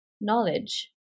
knowledge